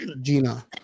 Gina